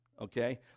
okay